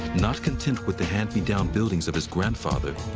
not content with the hand-me-down buildings of his grandfather,